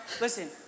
Listen